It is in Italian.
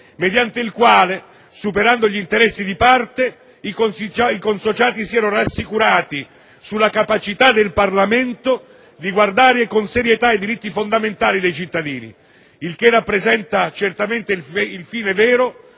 mediante il quale, superando gli interessi di parte, i consociati siano rassicurati sulla capacità del Parlamento di guardare con serietà ai diritti fondamentali dei cittadini, cosa che rappresenta certamente il fine vero,